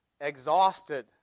exhausted